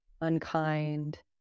unkind